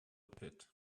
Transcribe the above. pit